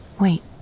Wait